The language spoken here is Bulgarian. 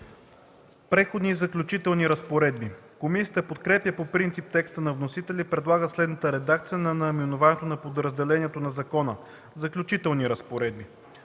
„Преходни и заключителни разпоредби”. Комисията подкрепя по принцип текста на вносителя и предлага следната редакция на наименованието на подразделението на закона: „Заключителни разпоредби”.